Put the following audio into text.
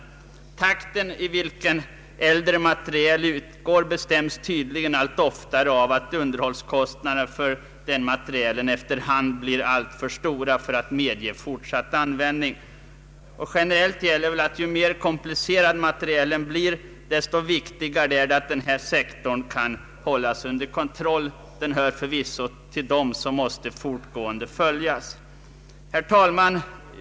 Den takt i vilken äldre materiel utgår bestäms tydligen allt oftare av att underhållskostnaderna för materielen efter hand blir alltför stora för att medge fortsatt användning. Generellt gäller väl att ju mer komplicerad materielen blir desto viktigare är det att den här sektorn kan hållas under kontroll. Den hör förvisso till dem som måste fortgående följas. Herr talman!